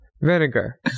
Vinegar